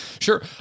Sure